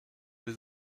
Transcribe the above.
les